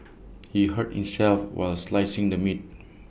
he hurt himself while slicing the meat